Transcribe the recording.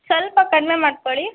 ಸ್ವಲ್ಪ ಕಡಿಮೆ ಮಾಡ್ಕೊಳ್ಳಿ